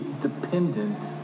dependent